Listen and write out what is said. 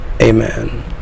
amen